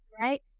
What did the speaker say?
Right